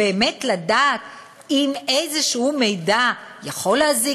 באמת לדעת אם איזשהו מידע יכול להזיק